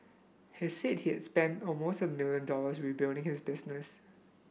he said he had spent almost a million dollars rebuilding his business